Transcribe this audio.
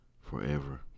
forever